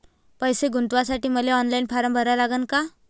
पैसे गुंतवासाठी मले ऑनलाईन फारम भरा लागन का?